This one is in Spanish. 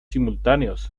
simultáneos